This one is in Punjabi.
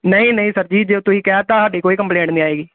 ਨਹੀਂ ਨਹੀਂ ਸਰ ਜੀ ਜਦੋਂ ਤੁਸੀਂ ਕਹਿ ਤਾ ਸਾਡੀ ਕੋਈ ਕੰਪਲੇਂਟ ਨਹੀਂ ਆਏਗੀ